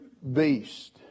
beast